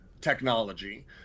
technology